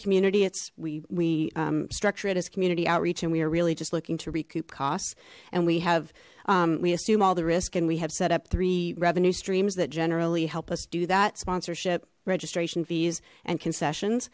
community it's we structure it as community outreach and we are really just looking to recoup costs and we have we assume all the risk and we have set up three revenue streams that generally help us do that sponsorship registration fees and concessions